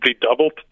doubled